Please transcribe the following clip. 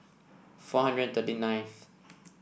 four hundred thirty ninth